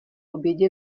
obědě